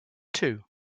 two